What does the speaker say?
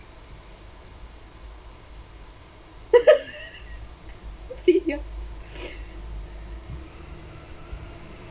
okay ya